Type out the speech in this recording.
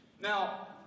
Now